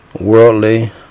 worldly